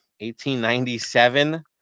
1897